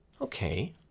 okay